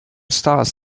stars